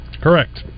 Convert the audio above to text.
Correct